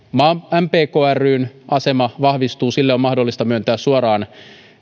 mpk ryn asema vahvistuu sille on mahdollista myöntää suoraan